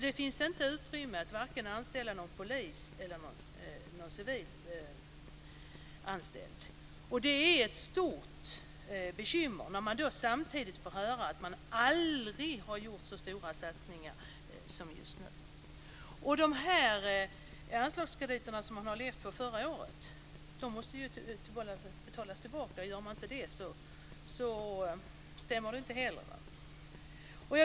Det finns inte utrymme att vare sig anställa någon polis eller någon civil. Det är ett stort bekymmer samtidigt som man får höra att det aldrig har gjorts så stora satsningar som just nu. De anslagskrediter som man har levt på förra året måste ju betalas tillbaka. Gör man inte det stämmer det inte heller.